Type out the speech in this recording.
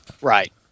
Right